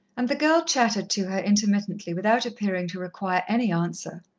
and the girl chattered to her intermittently, without appearing to require any answer.